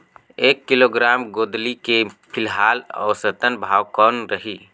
एक किलोग्राम गोंदली के फिलहाल औसतन भाव कौन रही?